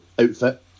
outfit